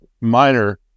minor